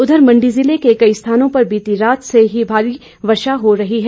उधर मंडी जिले के कई स्थानों पर बीती रात से ही भारी वर्षा हो रही है